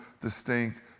distinct